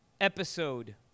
episode